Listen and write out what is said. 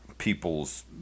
People's